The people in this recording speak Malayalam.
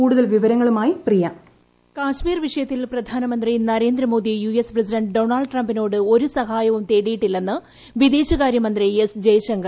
കൂടുതൽ വിവരങ്ങളുമായി പ്രിയ ഹോൾഡ് വോയിസ് കാശ്മീർ വിഷയത്തിൽ പ്രധാനമന്ത്രി Narendra Modi U S president Donald ട്രംപിനോട് ഒരു സഹായവും തേടിയിട്ടില്ലെന്ന് വിദേശകാര്യമന്ത്രി എസ് ജയശങ്കർ